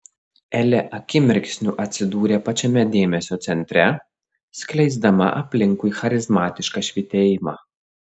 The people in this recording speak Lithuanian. elė akimirksniu atsidūrė pačiame dėmesio centre skleisdama aplinkui charizmatišką švytėjimą